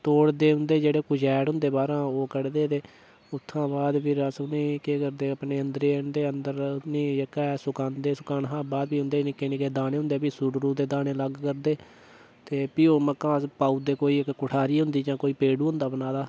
उं'दे जेह्ड़े कचैड़ होंदे बाहरां ओह् कढ्ढदे ते उत्थुआं बाद प्ही अस केह् करदे अपने अंदरें आह्नदे केह् आह्नदे जेह्का सुकांदे सुकाने बाद भी निक्के निक्के दाने होंदे सूरज दे दाने अलग ते प्ही ओह् अस मक्कां ओह् पाई ओड़दे कोई इक्क कोठारी हू'न जां कोई पैप होंदा बनादा